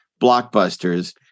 blockbusters